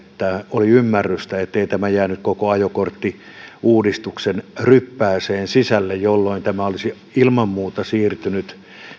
oli ymmärrystä ettei tämä jäänyt koko ajokorttiuudistuksen ryppääseen sisälle jolloin tämä olisi ilman muuta siirtynyt